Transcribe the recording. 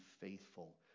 faithful